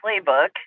playbook